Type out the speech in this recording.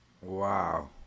Wow